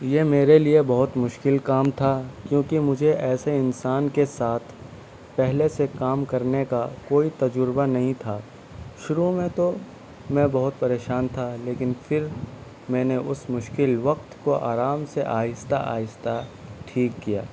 یہ میرے لیے بہت مشکل کام تھا کیونکہ مجھے ایسے انسان کے ساتھ پہلے سے کام کرنے کا کوئی تجربہ نہیں تھا شروع میں تو میں بہت پریشان تھا لیکن پھر میں نے اُس مشکل وقت کو آرام سے آہستہ آہستہ ٹھیک کیا